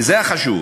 וזה החשוב,